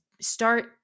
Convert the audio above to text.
start